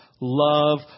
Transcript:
love